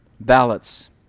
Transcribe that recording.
ballots